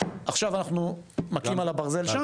עכשיו אנחנו מכים על הברזל שם.